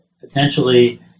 potentially